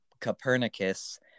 Copernicus